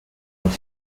made